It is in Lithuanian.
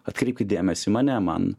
atkreipkit dėmesį į mane man